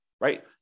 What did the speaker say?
right